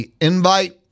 invite